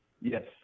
yes